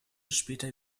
später